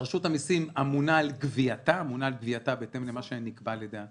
שרשות המסים אמונה על גבייתה בהתאם למה שנקבע על-ידי הממשלה,